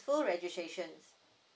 registration